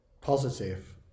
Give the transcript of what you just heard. positive